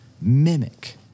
mimic